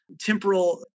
temporal